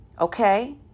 Okay